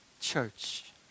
Church